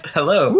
Hello